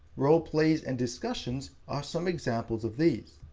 role-plays and discussions are some examples of these.